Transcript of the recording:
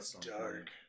dark